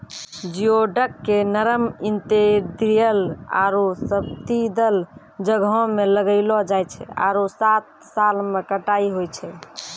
geoduck के नरम intertidal आरो सब्तिदल जग्हो में लगैलो जाय छै आरो सात साल में कटाई होय छै